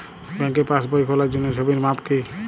ব্যাঙ্কে পাসবই খোলার জন্য ছবির মাপ কী?